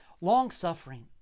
Long-suffering